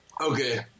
Okay